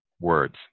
words